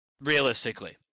Realistically